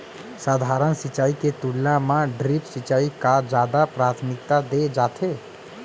सधारन सिंचाई के तुलना मा ड्रिप सिंचाई का जादा प्राथमिकता दे जाथे